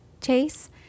Chase